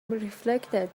reflected